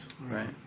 Right